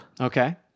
Okay